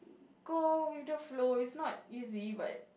go with the flow it's not easy but